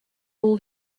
all